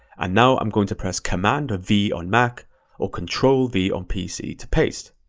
and now i'm going to press command v on mac or control v on pc to paste.